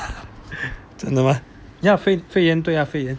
真的吗 ya 肺炎对啊肺炎